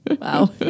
Wow